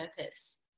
purpose